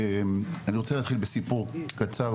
אני רוצה להתחיל בסיפור קצר,